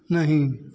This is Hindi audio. नहीं